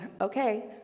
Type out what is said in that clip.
okay